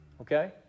Okay